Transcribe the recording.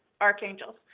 archangels